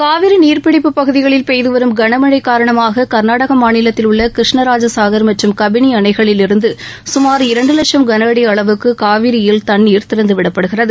காவிரி நீர்பிடிப்பு பகுதிகளில் பெய்து வரும் கன மழை காரணமாக கள்நாடக மாநிலத்தில் உள்ள கிருஷ்ணராஜசாஹர் மற்றும் கபினி அணைகளிலிருந்து கமார் இரண்டு லட்சம் கன அடி அளவுக்கு காவிரியில் தண்ணீர் திறந்துவிடப்படுகிறது